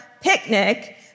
picnic